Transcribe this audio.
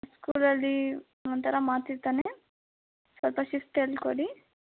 ಸ್ಕೂಲಲ್ಲಿ ಒಂಥರ ಮಾಡ್ತಿರ್ತಾನೆ ಸ್ವಲ್ಪ ಶಿಸ್ತು ಹೇಳಿಕೊಡಿ